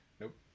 Nope